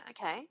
okay